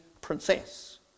princess